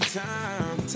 time